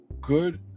good